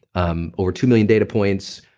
um over two million data points,